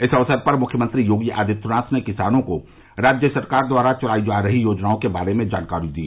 इस अवसर पर मृख्यमंत्री योगी आदित्यनाथ ने किसानों को राज्य सरकार द्वारा चलाई जा रही योजनाओं के बारे में जानकारी दी